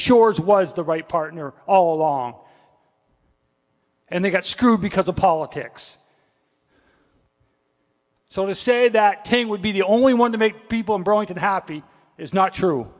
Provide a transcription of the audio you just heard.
shores was the right partner all along and they got screwed because of politics so to say that to me would be the only one to make people in burlington happy is not true